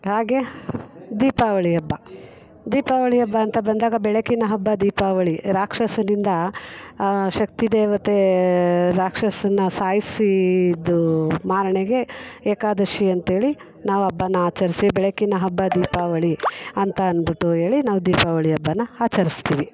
ಹಾಗೆ ದೀಪಾವಳಿ ಹಬ್ಬ ದೀಪಾವಳಿ ಹಬ್ಬ ಅಂತ ಬಂದಾಗ ಬೆಳಕಿನ ಹಬ್ಬ ದೀಪಾವಳಿ ರಾಕ್ಷಸನಿಂದ ಶಕ್ತಿದೇವತೆ ರಾಕ್ಷಸನನ್ನ ಸಾಯಿಸಿದ್ದು ಮಾರನೆಗೆ ಏಕಾದಶಿ ಅಂಥೇಳಿ ನಾವು ಹಬ್ಬನ ಆಚರಿಸಿ ಬೆಳಕಿನ ಹಬ್ಬ ದೀಪಾವಳಿ ಅಂತ ಅಂದ್ಬಿಟ್ಟು ಹೇಳಿ ನಾವು ದೀಪಾವಳಿ ಹಬ್ಬನ ಆಚರ್ಸ್ತೀವಿ